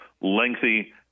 lengthy